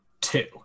two